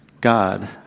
God